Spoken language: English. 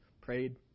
Prayed